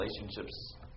relationships